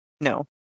No